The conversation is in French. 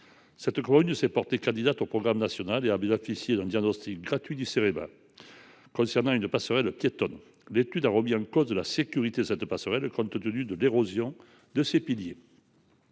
Cette commune s’est portée candidate au programme national et a ainsi bénéficié d’un diagnostic gratuit du Cerema portant sur une passerelle piétonne. L’étude a remis en cause la sécurité de cette passerelle, compte tenu de l’érosion de ses piliers.